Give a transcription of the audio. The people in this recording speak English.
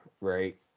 right